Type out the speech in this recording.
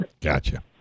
Gotcha